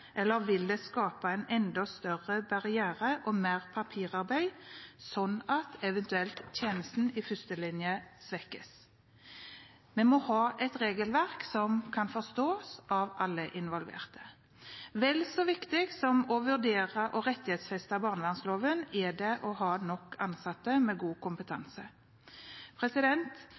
eller vil det skape en enda større barriere og mer papirarbeid, slik at tjenesten i førstelinjen eventuelt svekkes? Vi må ha et regelverk som kan forstås av alle involverte. Vel så viktig som å vurdere å rettighetsfeste barnevernloven er det å ha nok ansatte med god